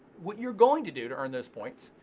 what you're going to do to earn this points,